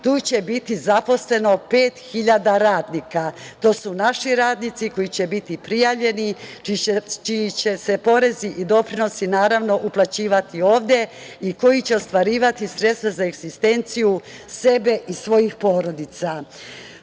tu će biti zaposleno 5.000 radnika. to su naši radnici koji će biti prijavljeni, čiji će se porezi i doprinosi, naravno, uplaćivati ovde i koji će ostvarivati sredstva za egzistenciju sebe i svojih porodica.U